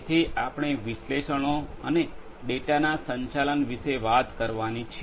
જેથી આપણે વિશ્લેષણો અને ડેટાના સંચાલન વિશે વાત કરવાની છે